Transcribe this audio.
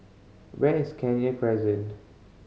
where is Kenya Crescent